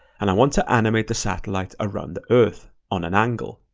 and i want to animate the satellite around the earth on an angle.